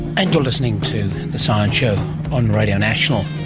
and you're listening to the science show on radio national,